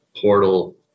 portal